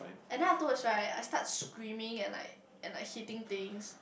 and then after what right I start screaming and like and like hitting things